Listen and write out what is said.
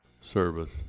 Service